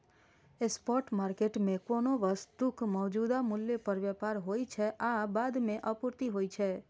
spot market मे कोनो वस्तुक मौजूदा मूल्य पर व्यापार होइ छै आ बाद मे आपूर्ति होइ छै